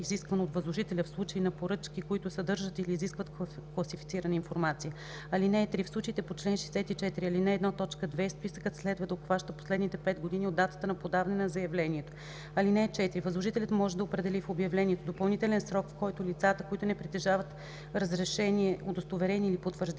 Възложителят може да определи в обявлението допълнителен срок, в който лицата, които не притежават разрешение, удостоверение или потвърждение